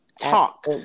talk